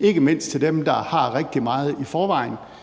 ikke mindst til dem, der har rigtig meget i forvejen,